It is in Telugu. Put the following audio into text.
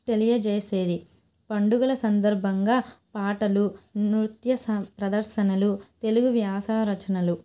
తెలియజేసేది పండుగల సందర్భంగా పాటలు నృత్య సం ప్రదర్శనలు తెలుగు వ్యాస రచనలు